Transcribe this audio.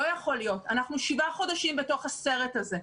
אנחנו שבעה חודשים בתוך הסרט הזה,